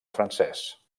francès